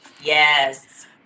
Yes